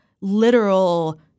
literal